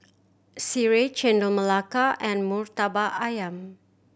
Sireh Chendol Melaka and Murtabak Ayam